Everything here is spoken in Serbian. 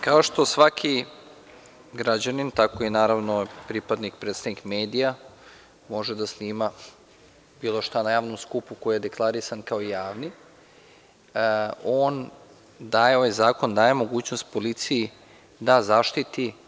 Kao što svaki građanin, tako i pripadnik i predstavnik medija može da snima bilo šta na javnom skupu koji je deklarisan kao javni, tako ovaj zakon daje mogućnost policiji da zaštiti.